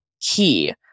key